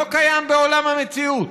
זה לא קיים בעולם המציאות.